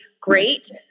great